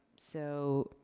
so,